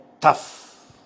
tough